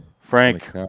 Frank